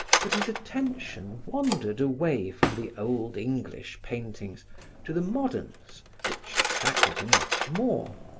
but his attention wandered away from the old english paintings to the moderns which attracted him much more.